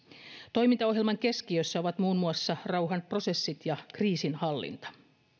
toimintaohjelman keskiössä ovat muun muassa rauhanprosessit ja kriisinhallinta